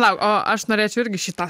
na o aš norėčiau irgi šį tą